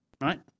right